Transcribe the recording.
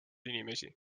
inimesi